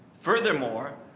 Furthermore